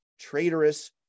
traitorous